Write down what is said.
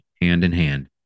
hand-in-hand